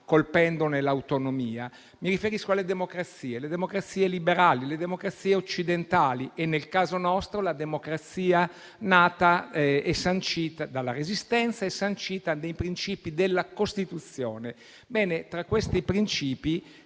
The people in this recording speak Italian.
colpendone l'autonomia. Mi riferisco alle democrazie liberali, alle democrazie occidentali e, nel caso nostro, a una democrazia nata dalla Resistenza e sancita nei princìpi della Costituzione. Ebbene, tra questi princìpi